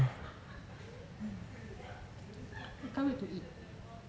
hmm I can't wait to eat